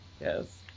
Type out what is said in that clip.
Yes